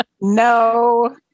No